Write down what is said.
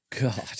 God